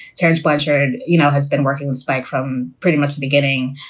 terence blanchard, you know, has been working spike from pretty much the beginning.